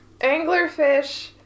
Anglerfish